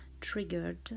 triggered